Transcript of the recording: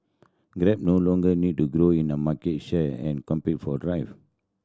grab no longer needs to grow in a market share and compete for driver